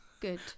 good